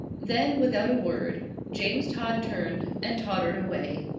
then, without a word, james todd turned and tottered away.